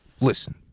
Listen